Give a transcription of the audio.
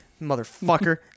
Motherfucker